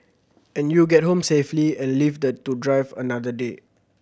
and you get home safely and lived to drive another day